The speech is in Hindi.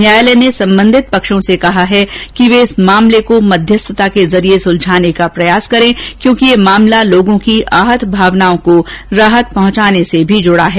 न्यायालय ने संबंधित पक्षों से कहा कि वे इस मामले को मध्यस्थता के जरिए सुलझाने का प्रयास करें क्योंकि यह मामला लोगों की आहत भावनाओं को राहत पहुंचाने से भी जुड़ा है